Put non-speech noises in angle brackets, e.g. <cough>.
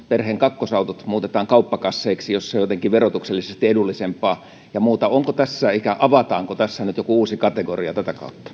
perheen kakkosautot muutetaan kauppakasseiksi jos se on jotenkin verotuksellisesti edullisempaa ja muuta onko tässä ja avataanko tässä joku uusi kategoria tätä kautta <unintelligible>